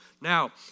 Now